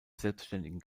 selbstständigen